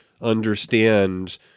understand